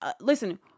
listen